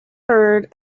herd